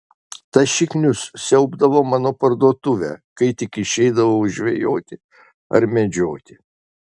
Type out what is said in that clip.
tas šiknius siaubdavo mano parduotuvę kai tik išeidavau žvejoti ar medžioti